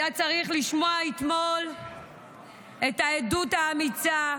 היה צריך לשמוע אתמול את העדות האמיצה,